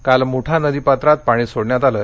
काल मुठा नदीपात्रात पाणी सोडण्यात आलं